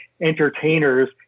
entertainers